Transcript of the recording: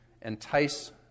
entice